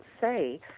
say